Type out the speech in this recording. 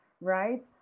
right